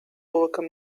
overcome